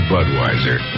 Budweiser